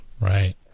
right